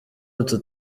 utu